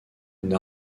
une